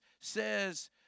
says